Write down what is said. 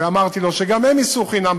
ואמרתי לו שגם הם ייסעו חינם,